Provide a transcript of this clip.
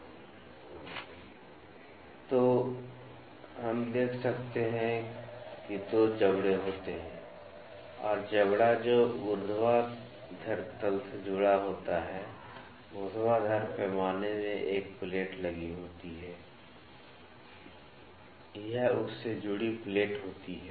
Sतो हम देख सकते हैं कि 2 जबड़े होते हैं और जबड़ा जो ऊर्ध्वाधर तल से जुड़ा होता है ऊर्ध्वाधर पैमाने में एक प्लेट लगी होती है यह उससे जुड़ी प्लेट होती है